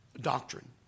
doctrine